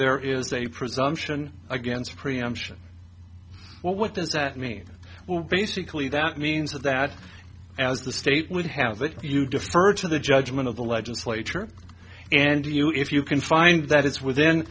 there is a presumption against preemption well what does that mean well basically that means that as the state would have you defer to the judgment of the legislature and you if you can find that it's